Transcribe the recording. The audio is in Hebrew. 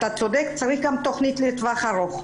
אתה צודק, צריך גם תכנית לטווח ארוך.